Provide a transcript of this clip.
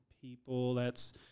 people—that's